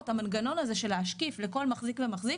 המנגנון הזה של להשקיף לכל מחזיק ומחזיק